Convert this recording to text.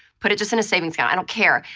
put it just in a savings account, i don't care,